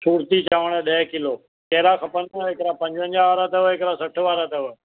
फुरती चांवर ॾह किलो कहिड़ा खपनि पोइ हिकिड़ा पंजवंजाह वारा अथव हिकिड़ा सठि वारा अथव